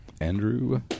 Andrew